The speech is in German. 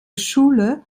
schule